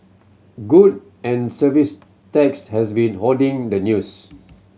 Good and Service Tax has been hoarding the news